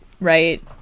right